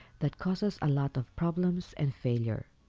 that causes a lot of problems and failure.